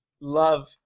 love